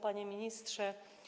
Panie Ministrze!